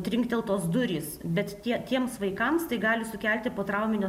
trinkteltos durys bet tie tiems vaikams tai gali sukelti potrauminio